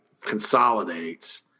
consolidates